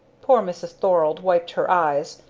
poor mrs. thorald wiped her eyes,